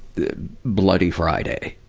the bloody friday.